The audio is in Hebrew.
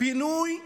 פינוי פולשים.